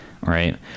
right